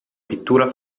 pittura